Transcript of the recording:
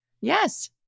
Yes